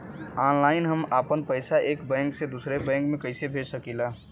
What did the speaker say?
Online हम आपन पैसा एक बैंक से दूसरे बैंक में कईसे भेज सकीला?